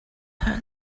her